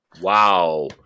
wow